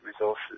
Resources